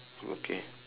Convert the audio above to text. good okay